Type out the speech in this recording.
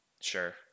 Sure